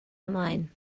ymlaen